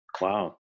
Wow